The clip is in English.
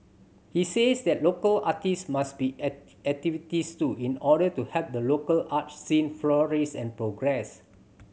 he says that local artists must be activist too in order to help the local art scene flourish and progress